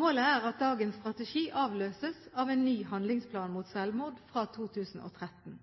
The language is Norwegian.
Målet er at dagens strategi avløses av en ny handlingsplan mot selvmord fra 2013.